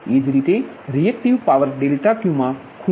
એ જ રીતે રિએક્ટિવ પાવર∆Qખુણાના ફેરફારો પ્રત્યે ઓછા સંવેદનશીલ હોય છે